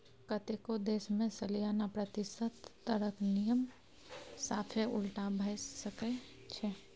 कतेको देश मे सलियाना प्रतिशत दरक नियम साफे उलटा भए सकै छै